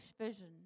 vision